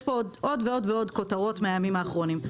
יש פה עוד ועוד ועוד כותרות מהימים האחרונים.